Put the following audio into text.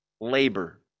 labor